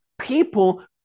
people